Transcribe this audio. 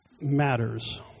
matters